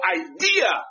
idea